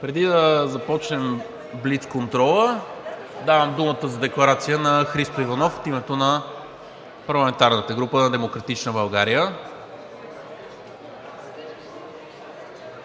Преди да започнем блицконтрола, давам думата за декларация на Христо Иванов – от името на парламентарната група на „Демократична България“.